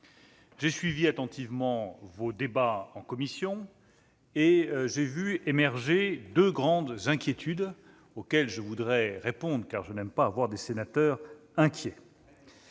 avoir suivi attentivement vos débats en commission, j'ai vu émerger deux grandes inquiétudes auxquelles je voudrais répondre, car je n'aime pas voir des sénateurs inquiets